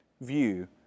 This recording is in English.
view